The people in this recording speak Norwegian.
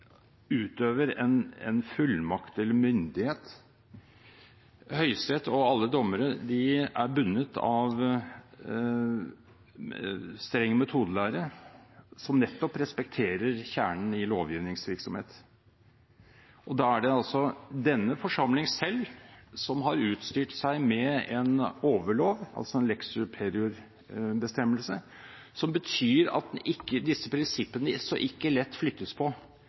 utøver en fullmakt eller myndighet. Høyesterett og alle dommere er bundet av streng metodelære som nettopp respekterer kjernen i lovgivningsvirksomhet. Da er det altså denne forsamling selv som har utstyrt seg med en overlov, altså en lex superior-bestemmelse, som betyr at disse prinsippene ikke lett flyttes på